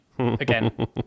Again